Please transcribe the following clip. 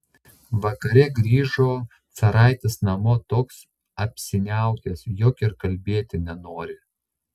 vakare grįžo caraitis namo toks apsiniaukęs jog ir kalbėti nenori